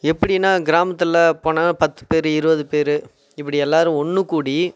எப்படின்னா கிராமத்தில் போனால் பத்துப்பேர் இருவதுபேர் இப்படி எல்லோரும் ஒன்றுக்கூடி